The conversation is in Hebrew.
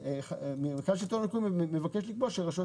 נציגת השלטון המקומי מבקשת לקבוע שרשויות